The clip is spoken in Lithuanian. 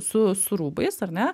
su su rūbais ar ne